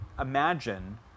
imagine